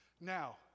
now